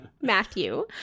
Matthew